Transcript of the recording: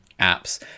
apps